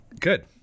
Good